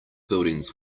buildings